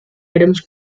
items